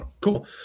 Cool